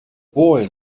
boy